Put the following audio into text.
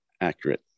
accurate